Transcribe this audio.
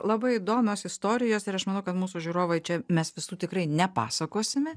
labai įdomios istorijos ir aš manau kad mūsų žiūrovai čia mes visų tikrai nepasakosime